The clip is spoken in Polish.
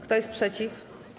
Kto jest przeciw?